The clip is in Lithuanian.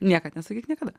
niekad nesakyk niekada